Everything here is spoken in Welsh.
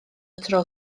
tro